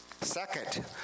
Second